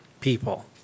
people